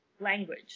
language